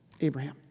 Abraham